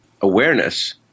awareness